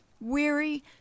weary